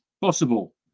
possible